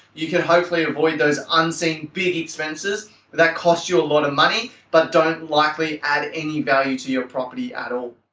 you could hopefully avoid those unseen big expenses that costs you a lot of money but don't likely add any value to your property at all.